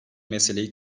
meseleyi